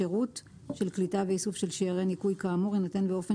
השירות של קליטה ואיסוף של שיירי ניקוי כאמור יינתן באופן